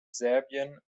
serbien